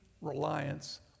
reliance